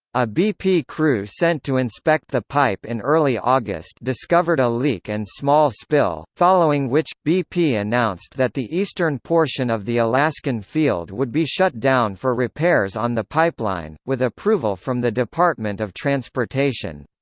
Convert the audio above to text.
a bp crew sent to inspect the pipe in early august discovered a leak and small spill, following which, bp announced that the eastern portion of the alaskan field would be shut down for repairs on the pipeline, with approval from the department of transportation.